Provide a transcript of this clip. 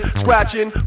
scratching